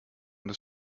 des